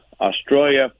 Australia